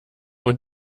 und